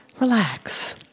Relax